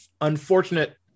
unfortunate